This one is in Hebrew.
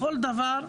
בכל דבר.